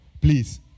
Please